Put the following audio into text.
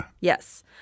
Yes